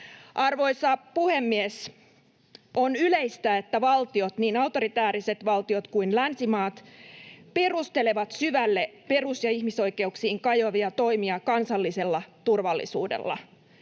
Arvoisa puhemies! On yleistä, että valtiot — niin autoritääriset valtiot kuin länsimaat — perustelevat syvälle perus- ja ihmisoikeuksiin kajoavia toimia kansallisella turvallisuudella.